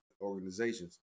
organizations